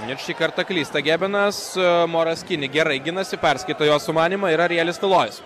jie šį kartą klysta gebenas moras kini gerai ginasi perskaito jo sumanymą yra arielis tulojus